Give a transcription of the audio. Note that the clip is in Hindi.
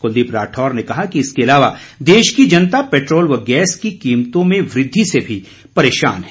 कुलदीप राठौर ने कहा कि इसके अलावा देश की जनता पेट्रोल व गैस की कीमतों में वृद्धि से भी परेशान है